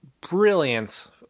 brilliant